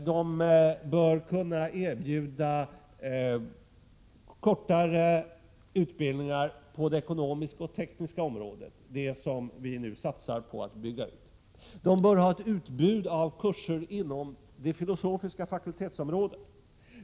De bör också kunna erbjuda kortare utbildningar på det ekonomiska och tekniska området, det som vi nu satsar på att bygga ut. De bör ha ett utbud av kurser inom det filosofiska fakultetsområdet.